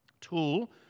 tool